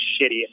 shitty